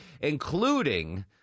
including